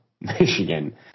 Michigan